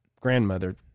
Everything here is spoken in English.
grandmother